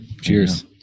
Cheers